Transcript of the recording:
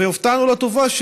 והופתענו לטובה,